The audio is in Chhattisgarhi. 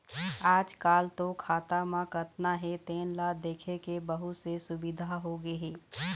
आजकाल तो खाता म कतना हे तेन ल देखे के बहुत से सुबिधा होगे हे